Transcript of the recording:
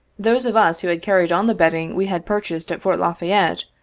those of us who had carried on the bedding we had purchased at fort la fayette,